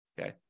Okay